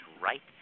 right